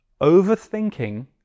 overthinking